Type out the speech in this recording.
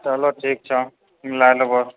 चलूँ ठीक छै हम लए लेबऽ